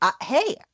hey